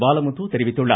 பாலமுத்து தெரிவித்துள்ளார்